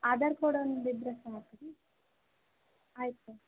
ಆಧಾರ್ ಕೋಡಿ ಒಂದು ಇದ್ದರೆ ಸಾಕು ರೀ ಆಯ್ತು ರೀ